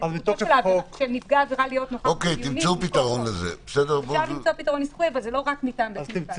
זו זכות של נפגע עבירה להיות נוכח בדיונים מכוח החוק.